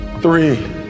three